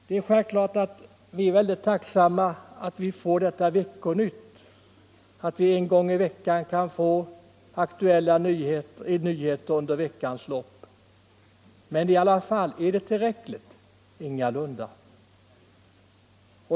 Det är självklart att vi är mycket tacksamma för Aktuellt i veckan och att vi en gång i veckan kan få textade aktuella nyheter. Men är det tillräckligt? Ingalunda!